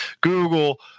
google